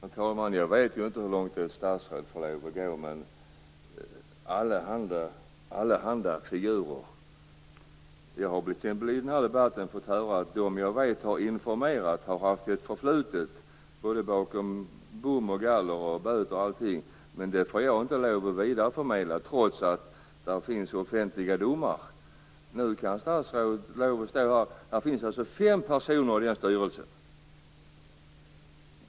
Herr talman! Jag vet inte hur långt ett statsråd får lov att gå, men att tala om allehanda figurer! Vi har i den här debatten t.ex. fått höra att de personer som jag vet har informerat har haft ett förflutet bakom bom och galler, böter och allting. Men det får inte jag lov att vidareförmedla, trots att det finns offentliga domar. Det finns alltså fem personer i den styrelsen.